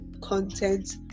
content